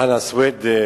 חנא סוייד,